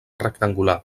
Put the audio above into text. rectangular